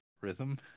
Rhythm